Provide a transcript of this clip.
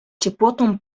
ciepłotą